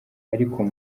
ariko